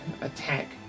attack